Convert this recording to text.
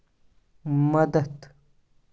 مدد